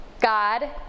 God